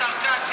השר כץ,